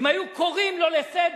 אם היו קוראים לו לסדר,